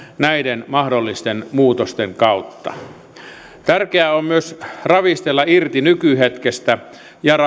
näiden mahdollisten muutosten kautta tärkeää on myös ravistella irti nykyhetkestä ja